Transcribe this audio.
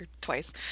twice